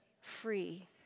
free